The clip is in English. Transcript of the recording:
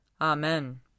Amen